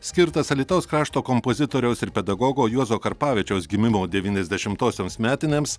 skirtas alytaus krašto kompozitoriaus ir pedagogo juozo karpavičiaus gimimo devyniasdešimtosioms metinėms